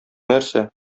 нәрсә